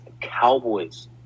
Cowboys